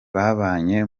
babanye